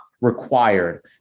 required